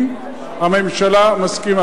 אם הממשלה מסכימה.